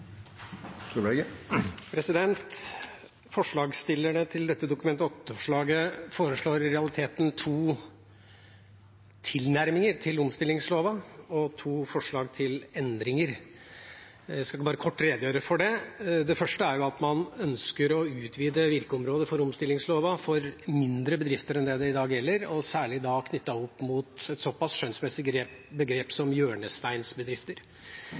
nr. 11. Forslagsstillerne bak dette Dokument 8-forslaget foreslår i realiteten to tilnærminger til omstillingslova og to forslag til endringer. Jeg skal kort redegjøre for det. Det første er at man ønsker å utvide virkeområdet for omstillingslova til å gjelde mindre bedrifter enn det gjør i dag, og særlig knyttet opp mot et så pass skjønnsmessig begrep som